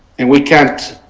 and we can't